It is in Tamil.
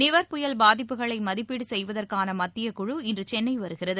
நிவர் புயல் பாதிப்புகளைமதிப்பீடுசெய்வதற்கானமத்திய குழு இன்றுசென்னைவருகிறது